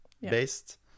based